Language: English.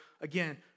again